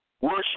worship